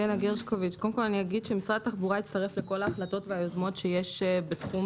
קודם כל אני אגיד שמשרד התחבורה הצטרף לכל ההחלטות והיוזמות שיש בתחום